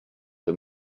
the